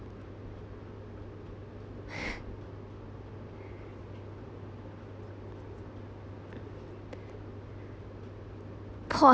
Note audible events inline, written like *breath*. *breath* po~